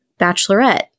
bachelorette